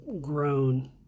grown